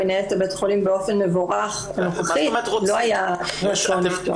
מנהלת בית החולים הנוכחית לא היה רצון לפתוח.